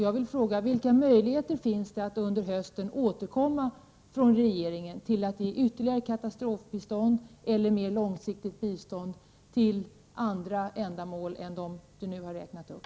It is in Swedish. Jag vill då fråga: Vilka möjligheter finns det för regeringen att under hösten återkomma för att ge ytterligare katrastrofbistånd eller mer långsiktigt bistånd till andra ändamål än dem som biståndsministern nu har räknat upp?